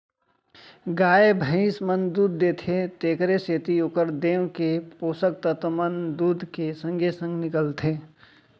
गाय भइंस मन दूद देथे तेकरे सेती ओकर देंव के पोसक तत्व मन दूद के संगे संग निकलथें